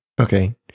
Okay